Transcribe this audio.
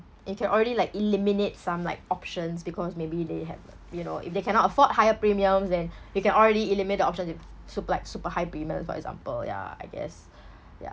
it can already like eliminate some like options because maybe they have you know if they cannot afford higher premiums then you can already eliminate the option super like super high premiums for example ya I guess ya